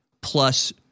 plus